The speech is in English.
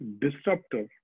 disruptor